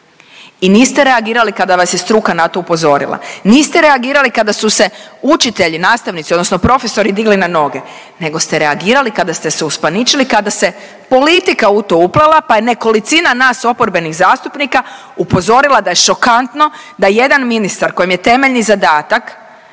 I niste reagirali kada vas je struka na to upozorila, niste reagirali kada su se učitelji, nastavnici odnosno profesori digli na noge, nego ste reagirali kada ste se uspaničili, kada se politika u to uplela pa je nekolicina nas oporbenih zastupnika upozorila da je šokantno da jedan ministar kojem je temeljni zadatak